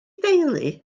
deulu